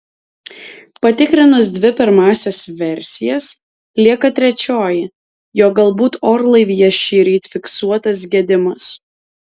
patikrinus dvi pirmąsias versijas lieka trečioji jog galbūt orlaivyje šįryt fiksuotas gedimas